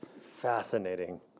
Fascinating